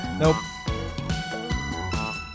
nope